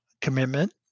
commitment